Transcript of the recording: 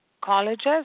colleges